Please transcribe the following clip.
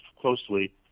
closely